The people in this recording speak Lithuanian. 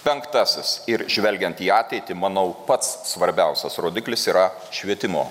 penktasis ir žvelgiant į ateitį manau pats svarbiausias rodiklis yra švietimo